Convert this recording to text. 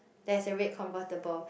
there's a red convertible